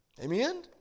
Amen